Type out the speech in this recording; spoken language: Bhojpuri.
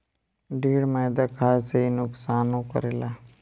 ढेर मैदा खाए से इ नुकसानो करेला